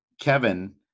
Kevin